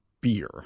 beer